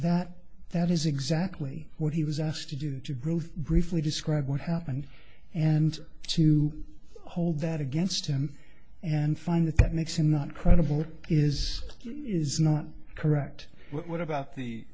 that that is exactly what he was asked to do to growth briefly describe what happened and to hold that against him and find that that makes him not credible is is not correct what about the